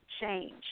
change